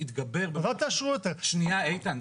הרשות המקומית רשאית לסרב.